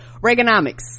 Reaganomics